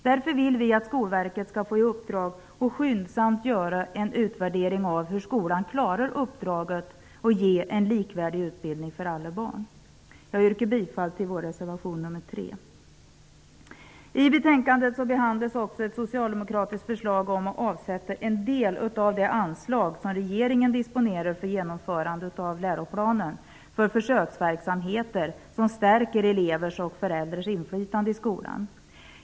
Därför vill vi att Skolverket får i uppdrag att skyndsamt göra en utvärdering av hur skolan klarar av uppdraget att ge alla barn en likvärdig utbildning. Jag yrkar bifall till reservation nr 3 från oss. I betänkandet behandlas också ett socialdemokratiskt förslag om att en del av det anslag som regeringen disponerar för genomförandet av läroplanen skall avsättas till försöksverksamheter som stärker elevers och föräldrars inflytande i skolan.